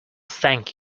thank